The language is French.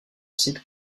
sites